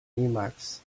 emacs